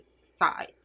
side